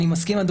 אני מסכים.